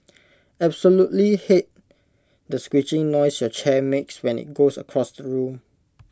absolutely hate the screeching noise your chair makes when IT goes across the room